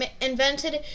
invented